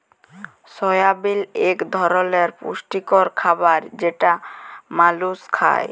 সয়াবিল এক ধরলের পুষ্টিকর খাবার যেটা মালুস খায়